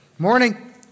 morning